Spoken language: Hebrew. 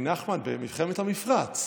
נחמן, במלחמת המפרץ.